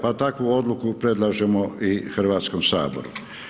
Pa takvu odluku predlažemo i Hrvatskom saboru.